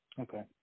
Okay